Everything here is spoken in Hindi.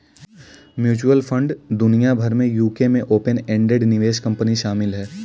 म्यूचुअल फंड दुनिया भर में यूके में ओपन एंडेड निवेश कंपनी शामिल हैं